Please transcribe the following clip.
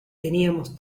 teníamos